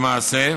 למעשה,